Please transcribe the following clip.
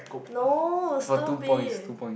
no stop it